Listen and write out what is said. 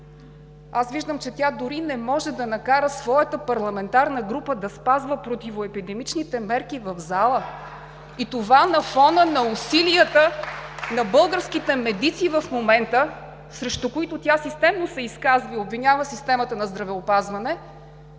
Аз виждам, че тя дори не може да накара своята парламентарна група да спазва противоепидемичните мерки в залата, и това на фона на усилията на българските медици в момента – срещу които тя системно се изказва и обвинява системата на здравеопазване